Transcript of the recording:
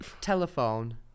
Telephone